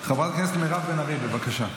חברת הכנסת מירב בן ארי, בבקשה.